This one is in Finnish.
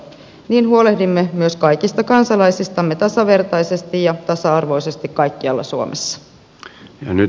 niin huolehdimme myös kaikista kansalaisistamme tasavertaisesti ja tasa arvoisesti kaikkialla suomessa